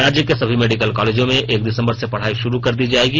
राज्य के सभी मेडिकल कॉलेजों में एक दिसंबर से पढ़ाई शुरू कर दी जाएगी